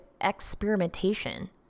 experimentation